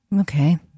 Okay